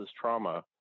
trauma